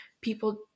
people